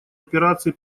операции